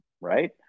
right